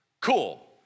Cool